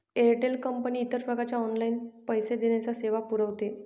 Airtel company इतर प्रकारच्या online पैसे देण्याच्या सेवा पुरविते